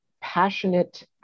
passionate